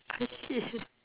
oh shit